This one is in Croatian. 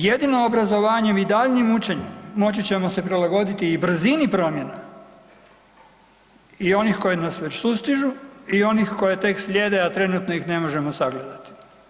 Jedino obrazovanjem i daljnjim učenjem moći ćemo se prilagoditi i brzini promjena i onih koji nas već sustižu i onih koji trenutno slijede, a trenutno ih ne možemo sagledati.